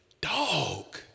Dog